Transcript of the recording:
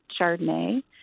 Chardonnay